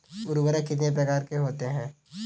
उर्वरक कितने प्रकार के होते हैं?